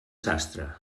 sastre